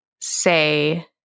say